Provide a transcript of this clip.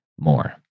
more